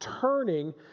turning